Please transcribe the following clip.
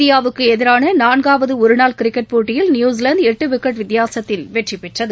இந்தியாவுக்கு எதிரான நான்காவது ஒரு நாள் கிரிக்கெட் போட்டியில் நியூஸிலாந்து எட்டு விக்கெட் வித்தியாசத்தில் வெற்றிபெற்றது